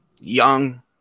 young